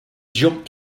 jump